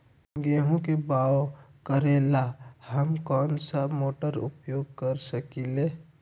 गेंहू के बाओ करेला हम कौन सा मोटर उपयोग कर सकींले?